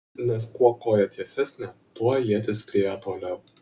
nes kuo koja tiesesnė tuo ietis skrieja toliau